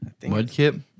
Mudkip